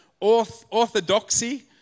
orthodoxy